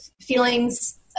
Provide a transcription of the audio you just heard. feelings